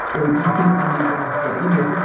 or do you think they need laughter? you know, so